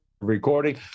recording